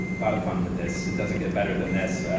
lot of fun with this. it doesn't get better than this.